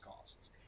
costs